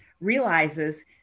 realizes